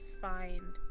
find